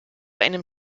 einem